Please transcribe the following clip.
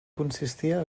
consistia